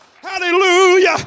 Hallelujah